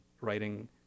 writing